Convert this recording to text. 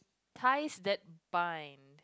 ties that bind